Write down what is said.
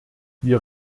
wir